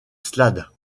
slade